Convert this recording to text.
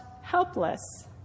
helpless